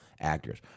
actors